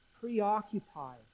preoccupied